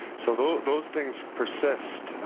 so those those things persists,